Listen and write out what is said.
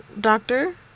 doctor